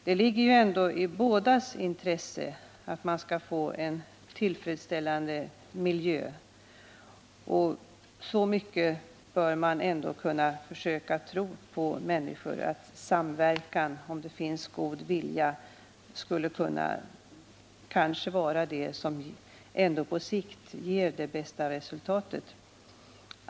Det ligger ändå i båda parters intresse att man skall få en tillfredsställande arbetsmiljö. Så mycket bör man ändå försöka tro på människor att man utgår från att samverkan och god vilja är det som på sikt kan ge de bästa resultaten.